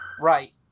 Right